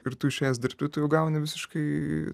ir tu išėjęs dirbti tu jau gauni visiškai